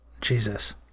Jesus